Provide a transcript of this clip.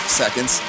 seconds